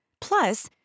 Plus